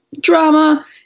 drama